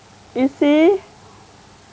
you see